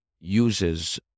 uses